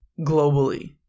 globally